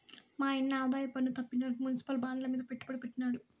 మాయన్న ఆదాయపన్ను తప్పించడానికి మునిసిపల్ బాండ్లమీద పెట్టుబడి పెట్టినాడు